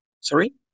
sorry